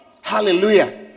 Hallelujah